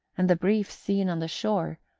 and the brief scene on the shore,